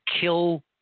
kill